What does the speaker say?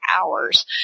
hours